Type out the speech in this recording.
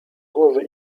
głowy